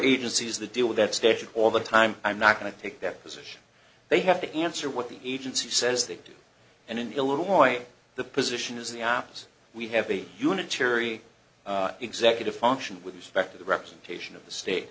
agencies that deal with that statute all the time i'm not going to take that they have to answer what the agency says they do and in illinois the position is the opposite we have a unitary executive function with respect to the representation of the state